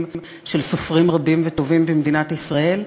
של סופרים רבים וטובים במדינת ישראל,